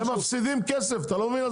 הם מפסידים כסף, אתה מבין?